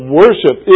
worship